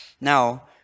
Now